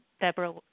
Deborah